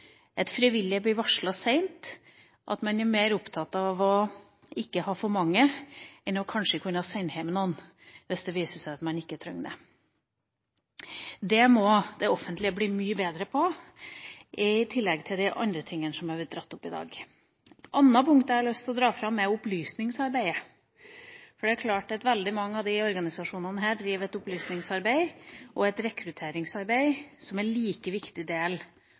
Frivillige blir varslet seint. Man er mer opptatt av ikke å ha for mange enn av kanskje å måtte sende noen hjem hvis det viser seg at man ikke trenger dem. Her må det offentlige bli mye bedre, i tillegg til de andre tingene som er blitt dratt fram i dag. Et annet punkt jeg har lyst til å dra fram, er opplysningsarbeidet. Det er klart at det opplysningsarbeidet og det rekrutteringsarbeidet som veldig mange av disse organisasjonene driver, er like viktig som det redningsarbeidet de gjør, og det er viktig